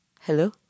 Hello